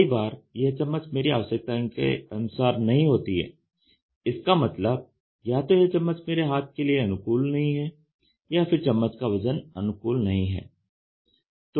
कई बार यह चम्मच मेरी आवश्यकता के अनुसार नहीं होती है इसका मतलब या तो यह चम्मच मेरे हाथ के लिए अनुकूल नहीं है या फिर चम्मच का वजन अनुकूल नहीं है